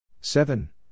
seven